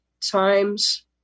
times